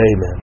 Amen